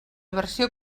versió